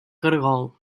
caragol